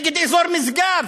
נגד אזור משגב.